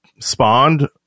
spawned